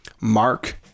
Mark